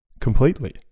completely